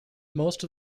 most